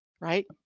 Right